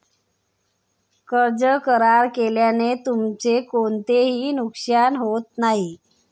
कर्ज करार केल्याने तुमचे कोणतेही नुकसान होत नाही